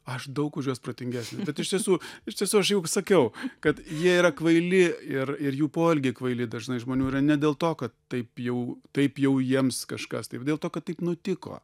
aš daug už juos protingesnis bet iš tiesų iš tiesų aš jau gi sakiau kad jie yra kvaili ir ir jų poelgiai kvaili dažnai žmonių yra ne dėl to kad taip jau taip jau jiems kažkas taip dėl to kad taip nutiko